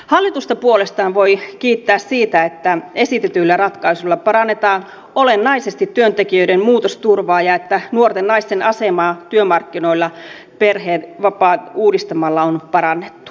hallitusta puolestaan voi kiittää siitä että esitetyillä ratkaisuilla parannetaan olennaisesti työntekijöiden muutosturvaa ja että nuorten naisten asemaa työmarkkinoilla perhevapaat uudistamalla on parannettu